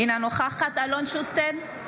אינה נוכחת אלון שוסטר,